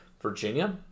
Virginia